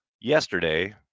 yesterday